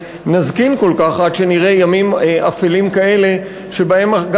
נזקין כל כך עד שנראה ימים אפלים כאלה שבהם גם